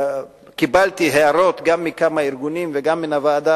קיבלתי הערות גם מכמה ארגונים וגם מן הוועדה